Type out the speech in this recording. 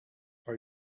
are